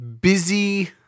busy